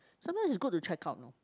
sometimes is good to check out